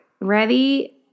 ready